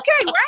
Okay